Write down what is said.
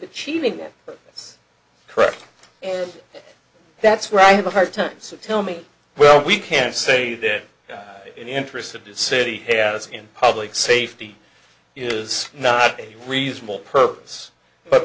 the cheating that correct and that's where i have a hard time so tell me well we can say that the interest of the city has in public safety is not a reasonable purpose but